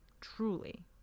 truly